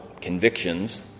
convictions